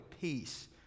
peace